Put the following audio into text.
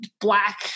Black